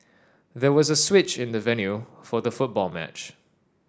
there was a switch in the venue for the football match